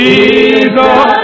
Jesus